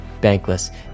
bankless